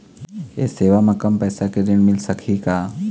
ये सेवा म कम पैसा के ऋण मिल सकही का?